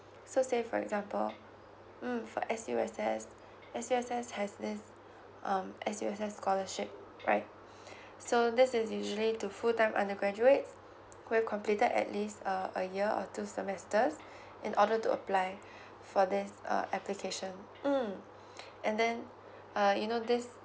so say for example mm for S_U_S_S S_U_S_S has this um S_U_S_S scholarship right so this is usually to full time undergraduates who have completed at least err a year or two semesters in order to apply for this err application mm and then uh you know this